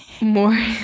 more